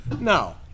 No